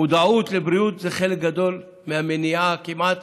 מודעות לבריאות זה חלק גדול מהמניעה, וכמעט